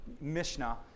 Mishnah